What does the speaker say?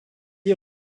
est